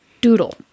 Doodle